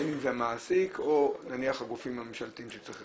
בין אם זה המעסיק או נניח הגופים הממשלתיים שצריכים.